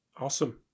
Awesome